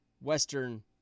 Western